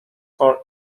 for